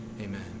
amen